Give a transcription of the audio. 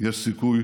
יש סיכוי